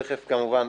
רגע --- תיכף, כמובן.